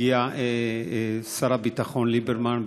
הגיע שר הביטחון ליברמן,